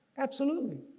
absolutely!